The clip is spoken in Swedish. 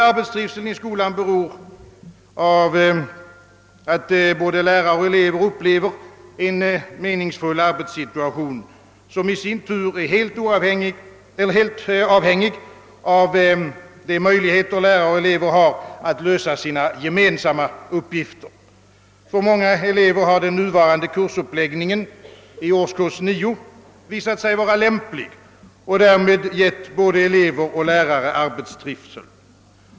Arbetstrivseln i skolan är beroende av att både lärare och elever upplever en meningsfull arbetssituation, som i sin tur är helt avhängig av de möjligheter lärare och elever har att lösa sina gemensamma uppgifter. För många elever har den nuvarande uppläggningen av årskurs 9 visat sig vara lämplig och därmed gett både elever och lärare arbetstrivsel.